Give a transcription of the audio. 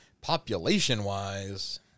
population-wise